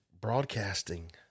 broadcasting